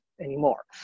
anymore